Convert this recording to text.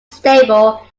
stable